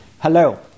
Hello